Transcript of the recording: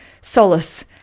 solace